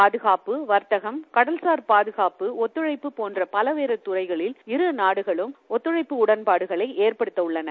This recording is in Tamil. பாதுகாப்பு வர்த்தகம் கடல்சார் பாதுகாப்பு ஒத்துழைப்பு உள்ளிட்ட பல்வேறு துறைகளில் இருநாடுகளும் ஒத்துழைப்பு உடன்பாடுகளை ஏற்படுத்த உள்ளன